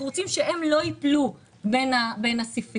אנחנו רוצים שהן לא ייפלו בין הסעיפים.